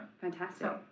fantastic